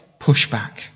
pushback